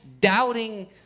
doubting